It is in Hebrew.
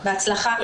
בהצלחה.